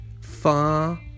far